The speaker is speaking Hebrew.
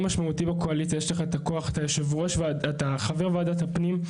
אתה חבר בקואליציה, אתה חבר ועדת הפנים,